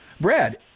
Brad